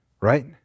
right